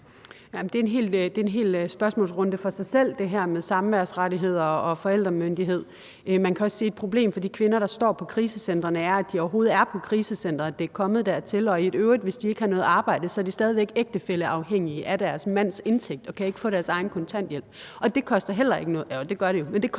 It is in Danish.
spørgsmålsrunde for sig selv. Man kan også sige, at et problem for de kvinder, der står på krisecentrene, er, at de overhovedet er på krisecenteret – at det er kommet dertil. Og i øvrigt vil jeg sige: Hvis de ikke har noget arbejde, er de stadig væk ægtefælleafhængige af deres mands indtægt og kan ikke få deres egen kontanthjælp. Det koster noget at gøre noget ved det, og derfor